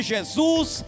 Jesus